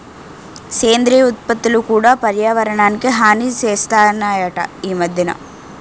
సేంద్రియ ఉత్పత్తులు కూడా పర్యావరణానికి హాని సేస్తనాయట ఈ మద్దెన